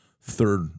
third